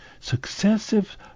successive